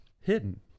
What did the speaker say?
hidden